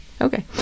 Okay